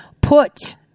put